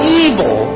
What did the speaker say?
evil